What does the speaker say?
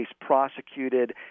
prosecuted